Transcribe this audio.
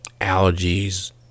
Allergies